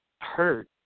hurt